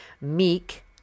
Meek